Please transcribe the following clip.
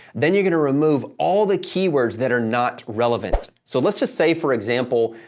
then you're going to remove all the keywords that are not relevant. so, let's just say, for example,